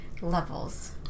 levels